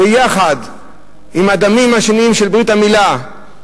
ויחד עם הדמים השניים של ברית המילה,